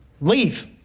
leave